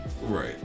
Right